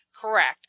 correct